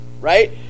right